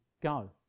go